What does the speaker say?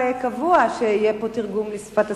קבוע שיהיה פה תרגום לשפת הסימנים.